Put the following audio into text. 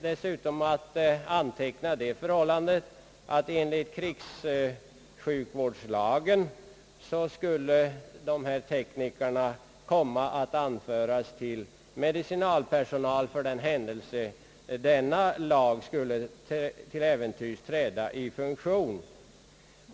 Dessutom är att anteckna det förhållandet att enligt krigssjukvårdslagen de här teknikerna skulle komma att hänföras till medicinalpersonal för den händelse denna lag till äventyrs skulle träda i funktion.